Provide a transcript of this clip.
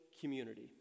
community